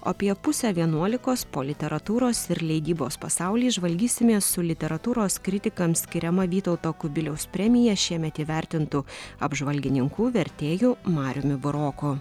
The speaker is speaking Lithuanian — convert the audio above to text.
apie pusę vienuolikos po literatūros ir leidybos pasauly žvalgysimės su literatūros kritikams skiriama vytauto kubiliaus premija šiemet įvertintu apžvalgininku vertėju mariumi buroku